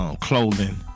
Clothing